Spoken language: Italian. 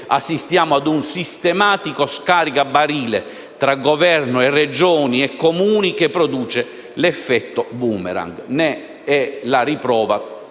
assistiamo a un sistematico scaricabarile tra Governo, Regioni e Comuni che produce l'effetto *boomerang*. Ne è la riprova